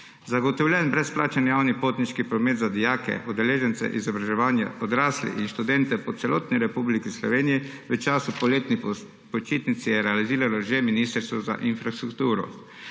Zagotovljen brezplačni javni potniški promet za dijake, udeležence izobraževanja odraslih in študente po celotni Republiki Sloveniji v času poletnih počitnic je realiziralo že Ministrstvo za infrastrukturo.